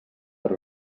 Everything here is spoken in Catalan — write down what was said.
per